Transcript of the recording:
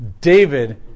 David